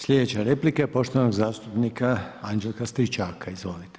Slijedeća replika je poštovanog zastupnika Anđelka Stričaka, izvolite.